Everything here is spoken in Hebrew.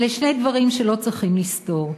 אלה שני דברים שלא צריכים לסתור,